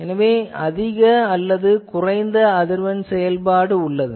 எனவே அதிக அல்லது குறைந்த அதிர்வெண் செயல்பாடு உள்ளது